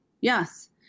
Yes